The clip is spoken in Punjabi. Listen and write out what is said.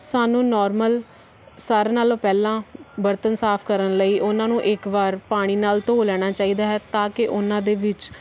ਸਾਨੂੰ ਨੋਰਮਲ ਸਾਰਿਆਂ ਨਾਲੋਂ ਪਹਿਲਾਂ ਬਰਤਨ ਸਾਫ ਕਰਨ ਲਈ ਉਹਨਾਂ ਨੂੰ ਇੱਕ ਵਾਰ ਪਾਣੀ ਨਾਲ ਧੋ ਲੈਣਾ ਚਾਹੀਦਾ ਹੈ ਤਾਂ ਕਿ ਉਹਨਾਂ ਦੇ ਵਿੱਚ